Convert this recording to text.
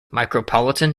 micropolitan